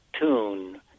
tune